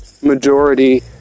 majority